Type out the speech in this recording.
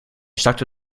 zakte